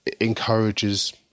encourages